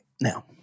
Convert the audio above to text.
Now